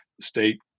state